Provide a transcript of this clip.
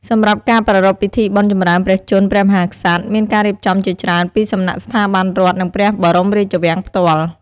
សម្រាប់ការប្រារព្ធពិធីបុណ្យចម្រើនព្រះជន្មព្រះមហាក្សត្រ មានការរៀបចំជាច្រើនពីសំណាក់ស្ថាប័នរដ្ឋ និងព្រះបរមរាជវាំងផ្ទាល់។